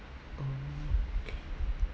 okay